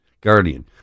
guardian